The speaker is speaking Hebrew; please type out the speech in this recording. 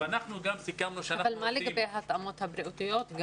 מה לגבי ההתאמות הבריאותיות?